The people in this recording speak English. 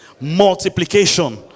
multiplication